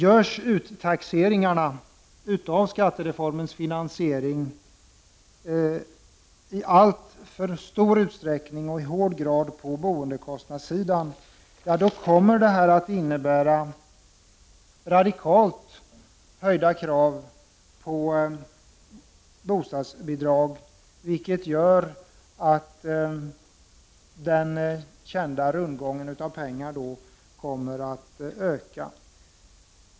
Om uttaxeringen vid skattereformens finansiering i alltför hög grad görs på boendekostnaderna kommer detta att innebära krav på radikalt höjda bostadsbidrag, vilket gör att den kända rundgången av pengar kommer att öka.